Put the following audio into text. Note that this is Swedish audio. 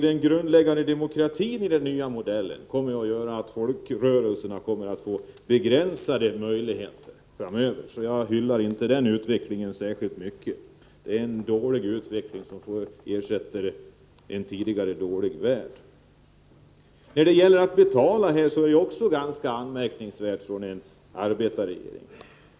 Det grundläggande i den nya modellen kommer ju att leda till att folkrörelserna får begränsade möjligheter framöver. Jag vill alltså inte hylla den utvecklingen särskilt mycket. Det blir en dålig utveckling, när man skall ersätta en tidigare dålig ordning. Då det gäller betalningen är argumentationen också ganska anmärkningsvärd för att komma från en arbetarregering.